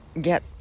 get